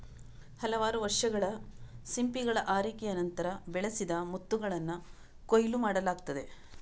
ಹಲವಾರು ವರ್ಷಗಳ ಸಿಂಪಿಗಳ ಆರೈಕೆಯ ನಂತರ, ಬೆಳೆಸಿದ ಮುತ್ತುಗಳನ್ನ ಕೊಯ್ಲು ಮಾಡಲಾಗ್ತದೆ